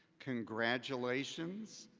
congratulations!